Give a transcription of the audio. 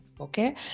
okay